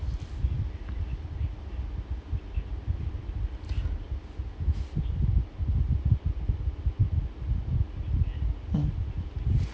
mm